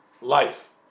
life